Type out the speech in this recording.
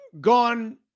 gone